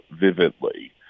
vividly